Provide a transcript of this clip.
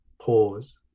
pause